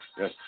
yes